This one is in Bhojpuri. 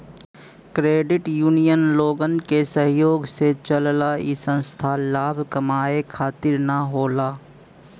क्रेडिट यूनियन लोगन के सहयोग से चलला इ संस्था लाभ कमाये खातिर न होला